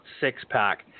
six-pack